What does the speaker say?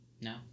No